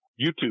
YouTube